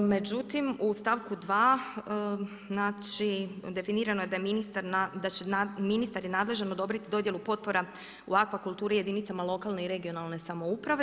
Međutim u stavku 2, znači definirano je da će ministar nadležan odobriti dodjelu potpora u akvakulturi jedinicama lokalne i regionalne samouprave.